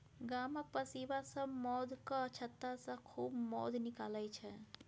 गामक पसीबा सब मौधक छत्तासँ खूब मौध निकालै छै